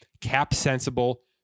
cap-sensible